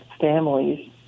families